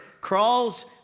crawls